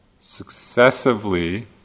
successively